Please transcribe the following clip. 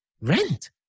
rent